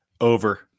Over